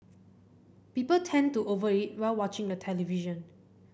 people tend to over eat while watching the television